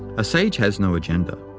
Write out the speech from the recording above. a sage has no agenda,